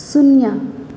शून्य